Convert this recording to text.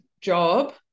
job